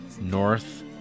North